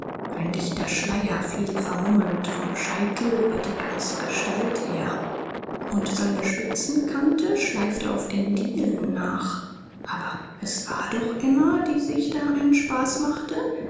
ein dichter schleier fiel vermummend vom scheitel über die ganze gestalt her und seine spitzenkante schleifte auf den dielen nach aber es war doch emma die sich da einen spaß machte